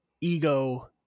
ego